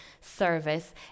service